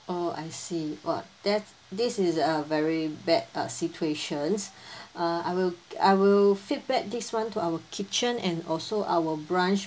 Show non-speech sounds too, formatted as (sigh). oh I see !wah! that this is a very bad uh situations (breath) uh I will I will feedback this one to our kitchen and also our branch